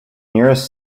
nearest